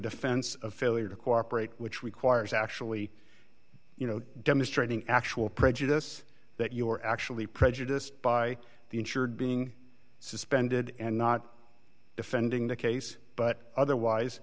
defense of failure to cooperate which requires actually you know demonstrating actual prejudice that you are actually prejudiced by the insured being suspended and not defending the case but otherwise